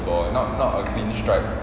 ball not a clean strike